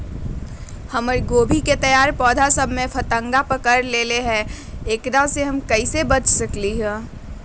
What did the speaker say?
हमर गोभी के तैयार पौधा सब में फतंगा पकड़ लेई थई एकरा से हम कईसे बच सकली है?